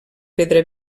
pedra